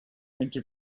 into